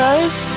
Life